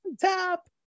Top